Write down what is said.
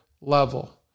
level